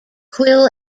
quill